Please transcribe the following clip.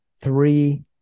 three